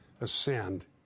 ascend